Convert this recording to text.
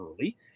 early